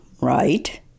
right